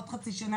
עוד חצי שנה.